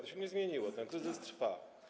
To się nie zmieniło, ten kryzys trwa.